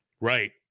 Right